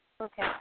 Okay